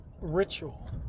ritual